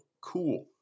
cool